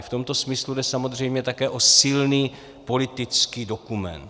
V tomto smyslu jde samozřejmě také o silný politický dokument.